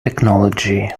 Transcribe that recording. technology